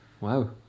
Wow